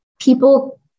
people